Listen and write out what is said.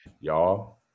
y'all